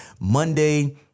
Monday